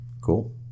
Cool